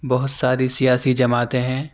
بہت ساری سیاسی جماعتیں ہیں